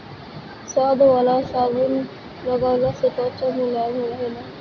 शहद वाला साबुन लगवला से त्वचा मुलायम रहेला